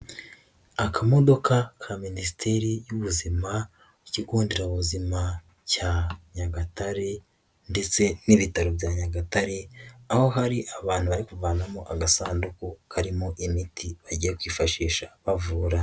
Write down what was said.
Akamodoka ka Minisiteri y'ubuzima ku kigo nderabuzima cya Nyagatare ndetse n'ibitaro bya Nyagatare aho hari abantu bari kuvanamo agasanduku karimo imiti bagiye kwifashisha bavura.